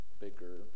bigger